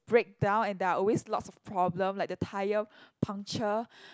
break down and there are always lots of problem like the tire puncture